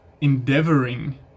endeavoring